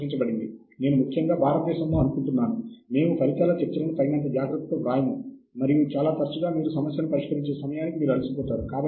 ప్రచురణల కోసం మన గ్రంధప్రతిని పంపాలనుకుంటున్నాము